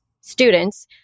students